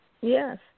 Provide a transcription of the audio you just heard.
yes